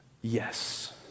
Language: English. yes